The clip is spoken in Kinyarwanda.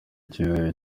icyizere